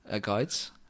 guides